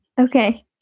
Okay